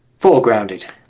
foregrounded